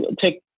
take